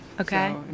Okay